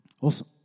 Awesome